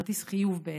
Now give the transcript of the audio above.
כרטיס חיוב בעצם.